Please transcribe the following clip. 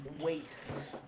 waste